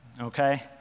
Okay